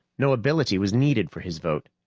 no ability was needed for his vote.